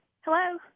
hello